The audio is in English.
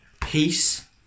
peace